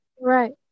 Right